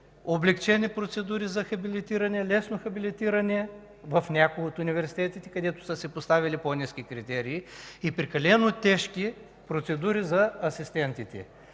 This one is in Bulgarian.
облекчени процедури за хабилитиране, лесно хабилитиране в някои от университетите, където са си поставили по-ниски критерии и прекалено тежки процедури за асистентите.